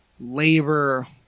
labor